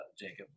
Jacob